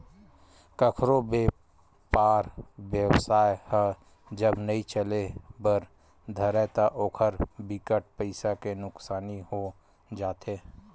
कखरो बेपार बेवसाय ह जब नइ चले बर धरय ता ओखर बिकट पइसा के नुकसानी हो जाथे